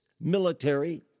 military